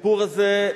הסיפור הזה,